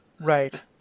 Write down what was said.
Right